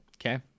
Okay